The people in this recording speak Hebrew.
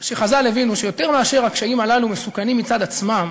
שחז"ל הבינו שיותר מאשר הקשיים הללו מסוכנים מצד עצמם,